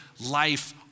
life